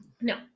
No